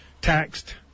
taxed